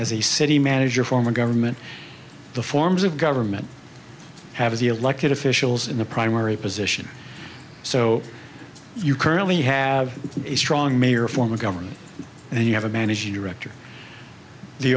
as a city manager form of government the forms of government have the elected officials in the primary position so you currently have a strong mayor form of government and you have a managing director the